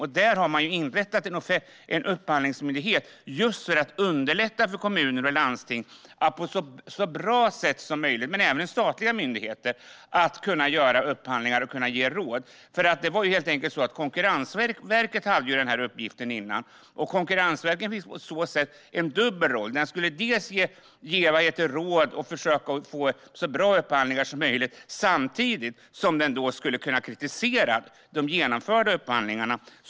Man har nu inrättat en offentlig upphandlingsmyndighet för att underlätta för statliga myndigheter och kommuner och landsting att göra så bra upphandlingar som möjligt och även bistå dem med råd. Konkurrensverket hade denna uppgift tidigare och fick då en dubbel roll. Dels skulle det ge råd om hur man gör så bra upphandlingar som möjligt, dels skulle det kunna kritisera genomförda upphandlingar.